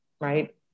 right